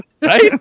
right